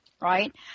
Right